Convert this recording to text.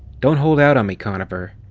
don't hold out on me, conover!